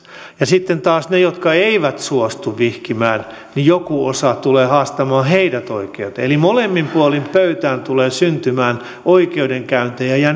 sitten taas niitä jotka eivät suostu vihkimään joku osa tulee haastamaan oikeuteen eli molemmin puolin pöytää tulee syntymään oikeudenkäyntejä ja